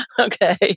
Okay